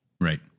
Right